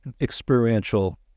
experiential